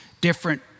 different